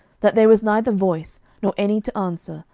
that there was neither voice, nor any to answer,